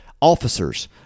officers